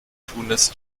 tunis